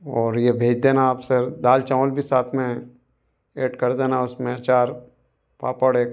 और ये भेज देना आप सर दाल चावल भी साथ में एड कर देना उसमें चार पापड़ एक